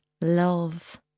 Love